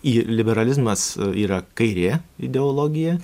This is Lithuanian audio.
į liberalizmas yra kairė ideologija